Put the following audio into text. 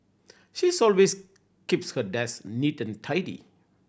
she's always keeps her desk neat and tidy